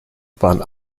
waren